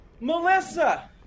Melissa